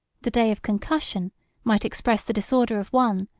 the day of concussion might express the disorder of one,